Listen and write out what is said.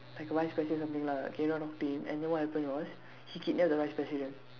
like vice president say something lah came down talk to him and then what happened was he kidnapped the vice president